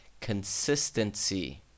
consistency